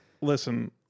Listen